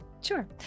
Sure